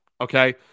Okay